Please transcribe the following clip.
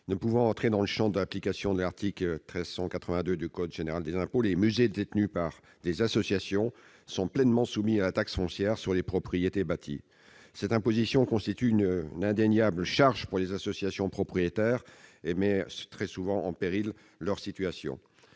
Ne pouvant entrer dans le champ d'application de l'article 1382 du code général des impôts, les musées détenus par des associations sont pleinement soumis à la taxe foncière sur les propriétés bâties. Cette imposition constitue une indéniable charge pour les associations propriétaires et met en péril leur avenir.